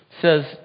says